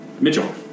Mitchell